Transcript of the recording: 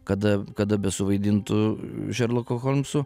kada kada besuvaidintų šerlokų holmsų